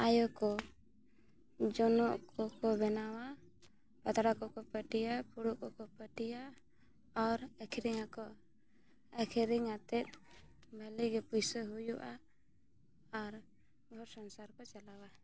ᱟᱭᱚ ᱠᱚ ᱡᱚᱱᱚᱜ ᱠᱚᱠᱚ ᱵᱮᱱᱟᱣᱟ ᱯᱟᱛᱲᱟ ᱠᱚᱠᱚ ᱯᱟᱹᱴᱤᱭᱟ ᱯᱷᱩᱲᱩᱜ ᱠᱚᱠᱚ ᱯᱟᱹᱴᱤᱭᱟ ᱟᱨ ᱟᱹᱠᱷᱨᱤᱧ ᱟᱠᱚ ᱟᱹᱠᱷᱨᱤᱧ ᱠᱟᱛᱮᱫ ᱵᱷᱟᱹᱞᱤ ᱜᱮ ᱯᱚᱭᱥᱟ ᱦᱩᱭᱩᱜᱼᱟ ᱟᱨ ᱜᱷᱚᱨ ᱥᱚᱝᱥᱟᱨ ᱠᱚ ᱪᱟᱞᱟᱣᱟ